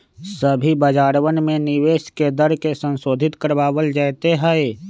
सभी बाजारवन में निवेश के दर के संशोधित करावल जयते हई